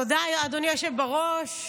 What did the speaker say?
תודה, אדוני היושב בראש.